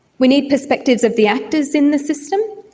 we need perspectives of the actors in the system,